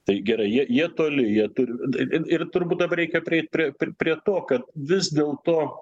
tai gerai jie jie toli jie turi ir ir ir turbūt dabar reikia prieit prie prie to kad vis dėl to